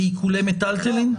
בעיקולי מיטלטלין?